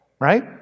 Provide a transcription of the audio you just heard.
right